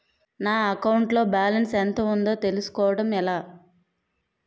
నా అకౌంట్ లో బాలన్స్ ఎంత ఉందో తెలుసుకోవటం ఎలా?